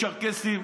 צ'רקסים,